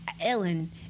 Ellen